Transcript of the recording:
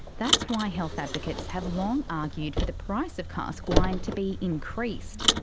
that's why health advocates have long argued for the price of cask wine to be increased.